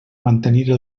mantenir